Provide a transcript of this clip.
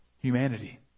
humanity